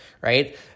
right